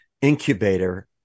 incubator